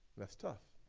that's tough.